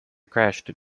crashed